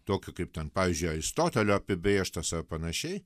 tokiu kaip ten pavyzdžiui aristotelio apibrėžtas ar panašiai